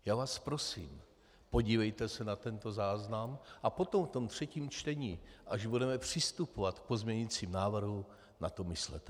Já vás prosím, podívejte se na tento záznam a potom ve třetím čtení, až budeme přistupovat k pozměňovacím návrhům, na to myslete.